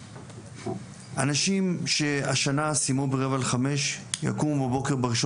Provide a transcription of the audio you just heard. אנשים שהשנה סיימו ב-16:45 יקומו בבוקר ב-1